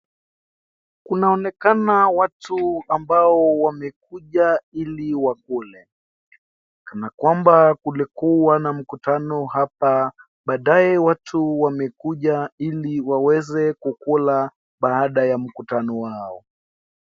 Kunaonekana watu ambao wamekuja ili wakule. Kanakwamba kulikuwa na mkutano hapa baadaye watu wamekuja ili waweze kukula baada ya mkutano wao.